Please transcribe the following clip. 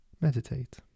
meditate